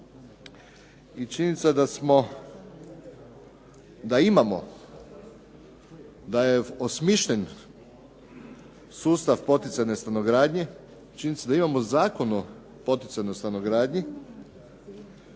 i činjenica da imamo da je osmišljen sustav poticajne stanogradnje, činjenica da imamo Zakon o poticanju stanogradnje,